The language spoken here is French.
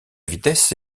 vitesse